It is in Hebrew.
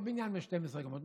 לא בניין בן 12 קומות,